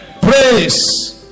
Praise